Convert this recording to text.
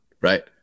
right